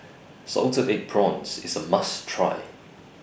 Salted Egg Prawns IS A must Try